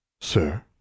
Sir